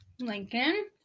Lincoln